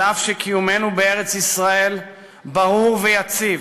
אף שקיומנו בארץ-ישראל ברור ויציב,